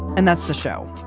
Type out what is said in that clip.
and that's the show.